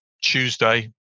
Tuesday